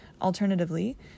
Alternatively